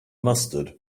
mustard